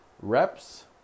reps